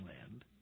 land